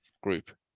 group